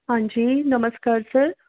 ਹਾਂਜੀ ਨਮਸਕਾਰ ਸਰ